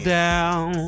down